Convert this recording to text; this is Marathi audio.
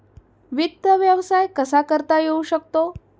वित्त व्यवसाय कसा करता येऊ शकतो?